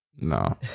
no